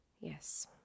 yes